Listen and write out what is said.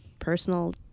Personal